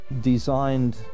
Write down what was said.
designed